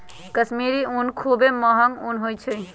कश्मीरी ऊन खुब्बे महग ऊन होइ छइ